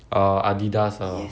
err Adidas ah